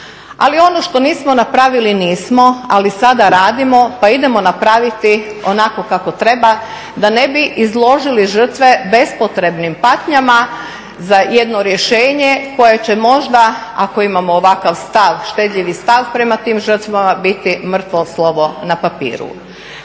Ali ono što nismo napravili nismo, ali sada radimo, pa idemo napraviti onako kako treba, da ne bi izložili žrtve bespotrebnim patnjama za jedno rješenje koje će možda ako imamo ovakav stav, štedljivi stav prema tim žrtvama biti mrtvo slovo na papiru.